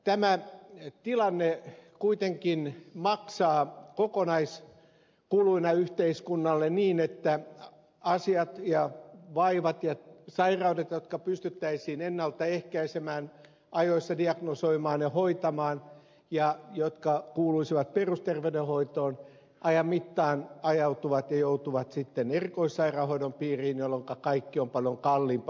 tämä tilanne kuitenkin maksaa kokonaiskuluina yhteiskunnalle kun vaivat ja sairaudet jotka pystyttäisiin ennalta ehkäisemään tai ajoissa diagnosoimaan ja hoitamaan ja jotka kuuluisivat perusterveydenhoitoon ajan mittaan ajautuvat ja joutuvat erikoissairaanhoidon piiriin jolloinka kaikki on paljon kalliimpaa